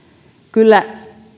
kyllä